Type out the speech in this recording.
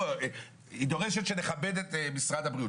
היא דורשת את משרד הבריאות,